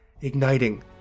igniting